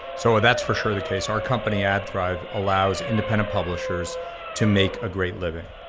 so that's for sure the case, our company adthrive allows independent publishers to make a great living.